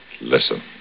Listen